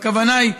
הכוונה היא,